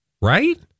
Right